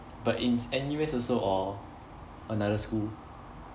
but in N_U_S also or another school